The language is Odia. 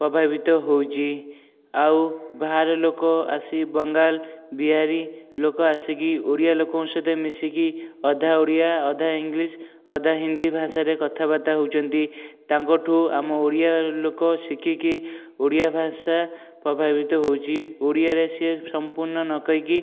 ପ୍ରଭାବିତ ହେଉଛି ଆଉ ବାହାର ଲୋକ ଆସି ବଙ୍ଗାଲ ବିହାରୀ ଲୋକ ଆସିକି ଓଡ଼ିଆ ଲୋକଙ୍କ ସହିତ ମିଶିକି ଅଧା ଓଡ଼ିଆ ଅଧା ଇଂଲିଶ୍ ଅଧା ହିନ୍ଦୀ ଭାଷାରେ କଥାବାର୍ତ୍ତା ହେଉଛନ୍ତି ତାଙ୍କଠୁ ଆମ ଓଡ଼ିଆ ଲୋକ ଶିଖିକି ଓଡ଼ିଆ ଭାଷା ପ୍ରଭାବିତ ହେଉଛି ଓଡ଼ିଆରେ ସିଏ ସମ୍ପୂର୍ଣ୍ଣ ନ କହିକି